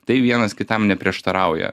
tai vienas kitam neprieštarauja